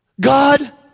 God